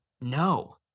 No